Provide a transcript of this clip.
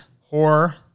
horror